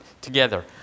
together